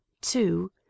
two